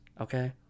Okay